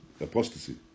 apostasy